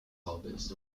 harvest